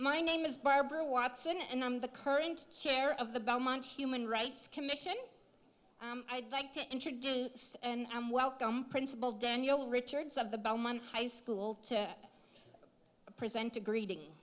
my name is barbara watson and i'm the current share of the belmont human rights commission i'd like to introduce and welcome principal danielle richards of the belmont high school to present a greeting